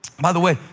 by the way,